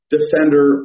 Defender